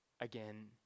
again